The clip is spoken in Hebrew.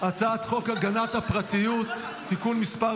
הצעת חוק הגנת הפרטיות (תיקון מס'